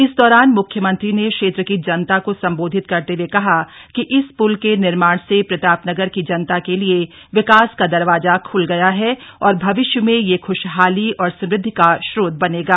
इस दौरान मुख्यमंत्री ने क्षेत्र की जनता को संबोधित करते हुए कहा कि इस पुल के निर्माण से प्रताप नगर की जनता के लिए विकास का दरवाजा खुल गया है और भविष्य में यह खुशहाली और समृद्धि का स्रोत बनेगा